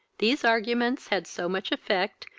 these arguments had so much effect,